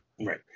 Right